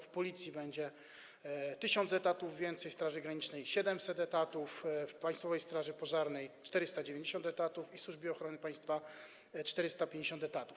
W Policji to będzie 1000 etatów więcej, w Straży Granicznej - 700 etatów, w Państwowej Straży Pożarnej - 490 etatów, a w Służbie Ochrony Państwa - 450 etatów.